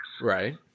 right